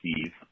Steve